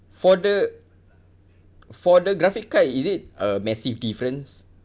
for the for the graphic card is it a massive difference